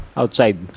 outside